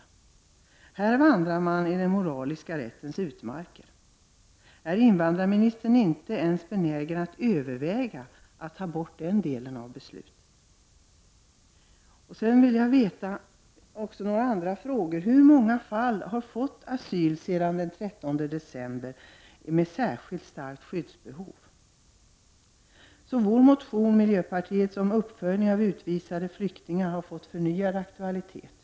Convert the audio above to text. På denna punkt vandrar man i den moraliska rättens utmarker. Är invandrarministern inte benägen att överväga att ompröva ens den delen av beslutet? Jag vill ha svar också på några andra frågor. Hur många människor med särskilt starkt skyddsbehov har fått asyl sedan den 13 december? Miljöpartiets motion om uppföljning av utvisade flyktingars situation har fått förnyad aktualitet.